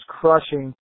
crushing